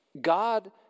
God